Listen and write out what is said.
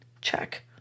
Check